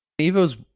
Evo's